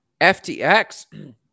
FTX